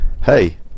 hey